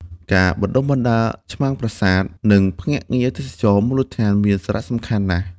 ការបណ្តុះបណ្តាលឆ្មាំប្រាសាទ និងភ្នាក់ងារទេសចរណ៍មូលដ្ឋានមានសារៈសំខាន់ណាស់។